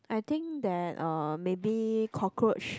I think that uh maybe cockroach